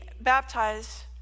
baptize